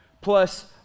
plus